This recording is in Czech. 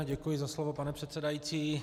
Děkuji za slovo, pane předsedající.